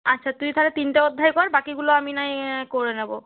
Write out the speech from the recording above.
আচ্ছা তুই তাহলে তিনটা অধ্যায় কর বাকিগুলো আমি নয় করে নেবো